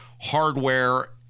hardware